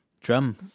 Drum